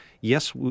yes